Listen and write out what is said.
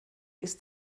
ist